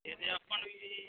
ਜੇਦੇ ਆਪਾਂ ਨੂੰ ਜੀ